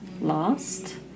lost